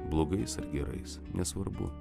blogais ar gerais nesvarbu